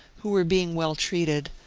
who were being well treated,